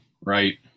right